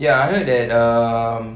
ya I heard that um